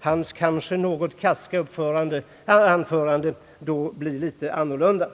hans kanske något karska uppträdande då blir litet annorlunda.